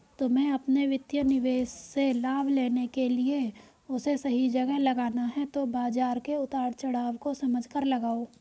तुम्हे अपने वित्तीय निवेश से लाभ लेने के लिए उसे सही जगह लगाना है तो बाज़ार के उतार चड़ाव को समझकर लगाओ